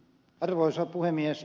arvoisa puhemies